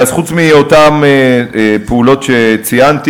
חוץ מאותן פעולות שציינתי,